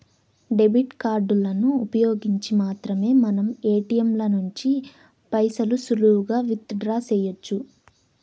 debit కార్డులను ఉపయోగించి మాత్రమే మనం ఏటియంల నుంచి పైసలు సులువుగా విత్ డ్రా సెయ్యొచ్చు